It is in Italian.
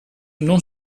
non